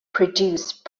produce